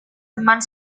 teman